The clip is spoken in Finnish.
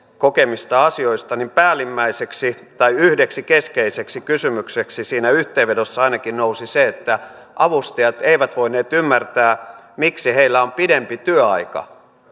kokemistaan asioista niin päällimmäiseksi tai yhdeksi keskeiseksi kysymykseksi siinä yhteenvedossa nousi ainakin se että avustajat eivät voineet ymmärtää miksi heillä on pidempi työaika